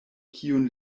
kiun